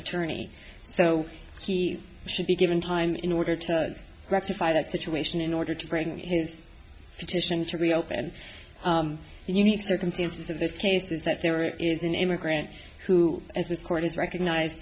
attorney so he should be given time in order to rectify that situation in order to present his petition to reopen the unique circumstances of this case is that there is an immigrant who as this court has recognize